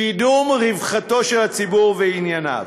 קידום רווחתו של הציבור וענייניו.